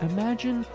Imagine